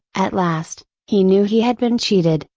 at last, he knew he had been cheated,